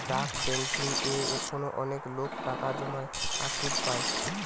ডাক বেংকিং এ এখনো অনেক লোক টাকা জমায় আর সুধ পায়